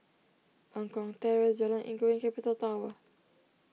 Eng Kong Terrace Jalan Inggu and Capital Tower